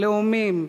הלאומים,